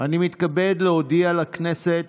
אני מתכבד להודיע לכנסת